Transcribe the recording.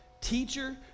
Teacher